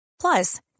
Plus